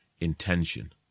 intention